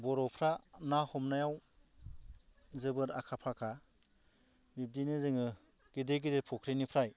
बर'फ्रा ना हमनायाव जोबोर आखा फाखा बिब्दिनो जोङो गेदेर गेदेर फ'ख्रिनिफ्राय